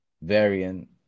Variant